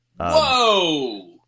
Whoa